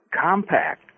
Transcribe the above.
compact